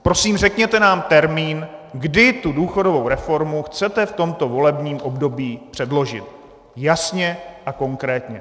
Prosím, řekněte nám termín, kdy tu důchodovou reformu chcete v tomto volebním období předložit jasně a konkrétně!